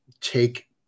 take